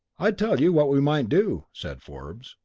i tell you what we might do, said forbes.